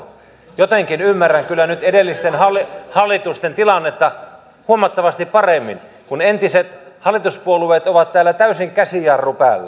jotenkin ymmärrän kyllä nyt edellisten hallitusten tilannetta huomattavasti paremmin kun entiset hallituspuolueet ovat täällä täysin käsijarru päällä